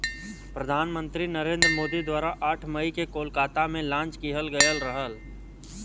प्रधान मंत्री नरेंद्र मोदी द्वारा आठ मई के कोलकाता में लॉन्च किहल गयल रहल